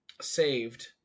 saved